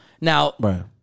Now